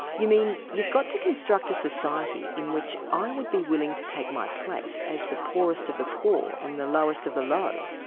you mean you've got to construct a society in which i would be willing to take my place as the poorest of the poor and the lowest of the low?